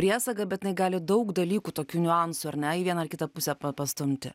priesaga bet jinai negali daug dalykų tokių niuansų ar ne į vieną ar kitą pusę pa pastumti